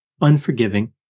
unforgiving